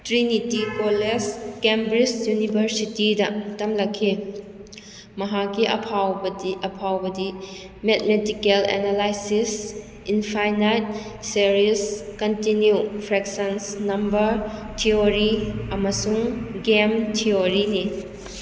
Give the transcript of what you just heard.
Trinity College Cambridge ꯌꯨꯅꯤꯚꯔꯁꯤꯇꯤꯗ ꯇꯝꯂꯛꯈꯤ ꯃꯍꯥꯛꯀꯤ ꯑꯐꯥꯎꯕꯗꯤ ꯑꯐꯥꯎꯕꯗꯤ mathematical analysis infinite series continued fractions number theory ꯑꯃꯁꯨꯡ ꯒꯦꯝ ꯊꯤꯌꯣꯔꯤꯅꯤ